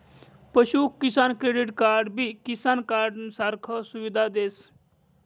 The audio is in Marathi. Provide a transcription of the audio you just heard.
पशु किसान क्रेडिट कार्डबी किसान कार्डनं सारखा सुविधा देस